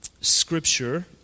scripture